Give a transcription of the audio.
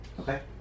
Okay